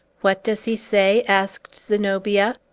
what does he say? asked zenobia.